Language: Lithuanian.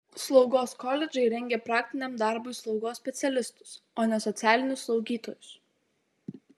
slaugos koledžai rengia praktiniam darbui slaugos specialistus o ne socialinius slaugytojus